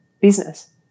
business